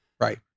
Right